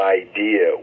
idea